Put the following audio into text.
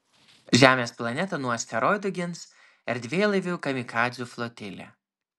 žemės planetą nuo asteroidų gins erdvėlaivių kamikadzių flotilė